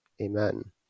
Amen